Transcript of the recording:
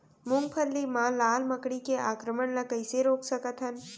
मूंगफली मा लाल मकड़ी के आक्रमण ला कइसे रोक सकत हन?